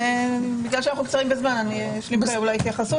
בגלל שאנחנו קצרים בזמן אשלים את ההתייחסות